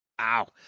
ow